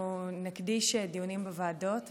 אנחנו נקדיש דיונים בוועדות,